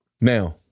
Now